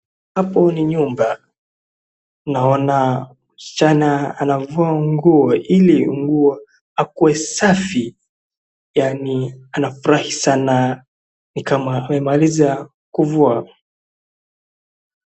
Hapo ni nyumba, naona msichana anafua nguo ili nguo ikuwe safi, yaani anafurahi sana nikama amemaliza kufua.